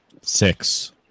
Six